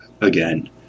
again